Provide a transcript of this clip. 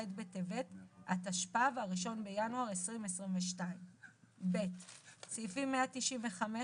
בטבת התשפ"ב (1 בינואר 2022). (ב)סעיפים 195,